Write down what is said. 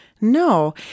no